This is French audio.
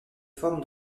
forme